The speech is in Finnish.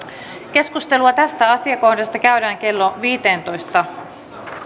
keskustelua tästä asiakohdasta käydään kello viiteentoista